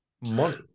money